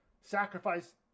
sacrifice